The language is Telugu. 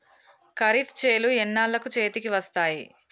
ఖరీఫ్ చేలు ఎన్నాళ్ళకు చేతికి వస్తాయి?